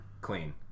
clean